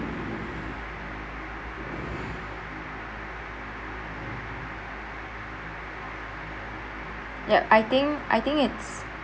ya I think I think it's